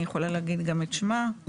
אני יכולה גם להגיד את שמה,